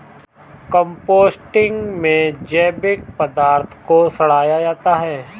composting में जैविक पदार्थ को सड़ाया जाता है